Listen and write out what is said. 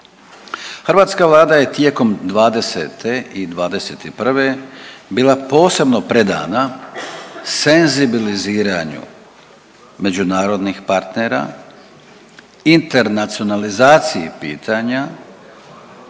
Hrvatska vlada je tijekom '20. i '21. bila posebno predana senzibiliziranju međunarodnih partnera, internacionalizaciji pitanja